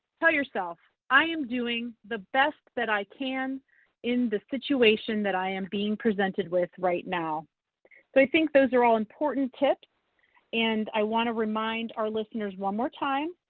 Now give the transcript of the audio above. tell yourself, i am doing the best that i can in the situation that i am being presented with right now. so but i think those are all important tips and i wanna remind our listeners one more time.